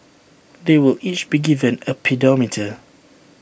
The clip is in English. they will each be given A pedometer